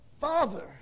Father